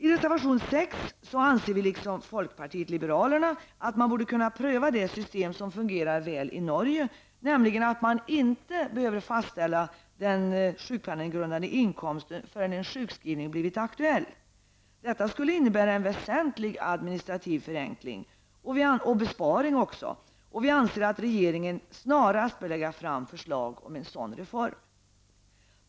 I reservation 6 anser vi liksom folkpartiet liberalerna att man borde kunna pröva det system som fungerar väl i Norge, nämligen att man inte fastställer någon SGI förrän en sjukskrivning blir aktuell. Detta skulle innebära en väsentlig administrativ förenkling och även besparing. Vi anser att regeringen snarast bör lägga fram förslag om en sådan reform.